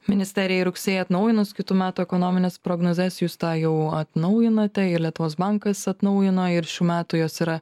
ministerijai rugsėjį atnaujinus kitų metų ekonomines prognozes jūs tą jau atnaujinate ir lietuvos bankas atnaujino ir šių metų jos yra